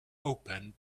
open